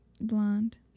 blonde